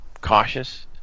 cautious